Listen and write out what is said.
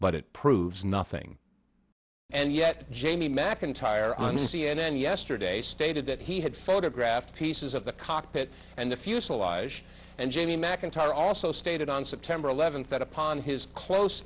but it proves nothing and yet jamie mcintyre on c n n yesterday stated that he had photographed pieces of the cockpit and the fuselage and jamie mcintyre also stated on september eleventh that upon his close